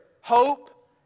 hope